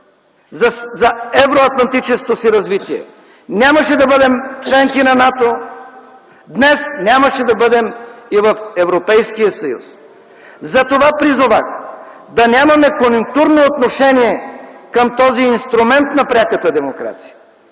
за евроатлантическото си развитие. Нямаше да бъдем членки на НАТО. Днес нямаше да бъдем и в Европейския съюз. Затова призовах да нямаме конюнктурно отношение към този инструмент на пряката демокрация,